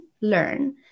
learn